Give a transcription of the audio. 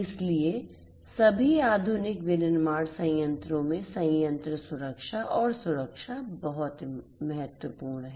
इसलिए सभी आधुनिक विनिर्माण संयंत्रों में संयंत्र सुरक्षा और सुरक्षा बहुत महत्वपूर्ण है